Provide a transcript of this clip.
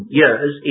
years